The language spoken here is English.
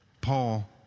Paul